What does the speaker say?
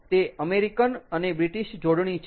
તે અમેરિકન અને બ્રિટિશ જોડણી છે